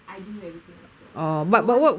I do everything myself no one